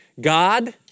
God